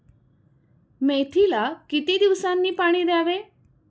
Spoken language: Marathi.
मेथीला किती दिवसांनी पाणी द्यावे?